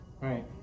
Right